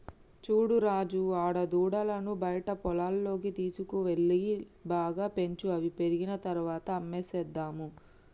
చూడు రాజు ఆడదూడలను బయట పొలాల్లోకి తీసుకువెళ్లాలి బాగా పెంచు అవి పెరిగిన తర్వాత అమ్మేసేద్దాము